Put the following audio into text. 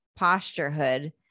posturehood